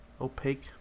Opaque